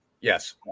Yes